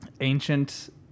ancient